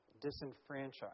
disenfranchised